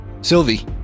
Sylvie